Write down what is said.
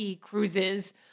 cruises